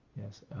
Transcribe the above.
Yes